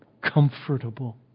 comfortable